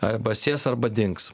arba sės arba dings